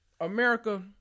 America